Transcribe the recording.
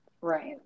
Right